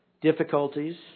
difficulties